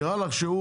נראה לך שהוא